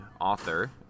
author